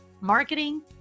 marketing